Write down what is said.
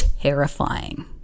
terrifying